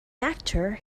actor